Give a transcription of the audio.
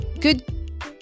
good